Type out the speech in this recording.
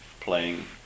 playing